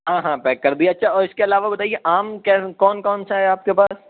ہاں ہاں پيک كرديا اچّھا اور اس كے علاوہ بتائيے آم کون کون سا ہے آپ کے پاس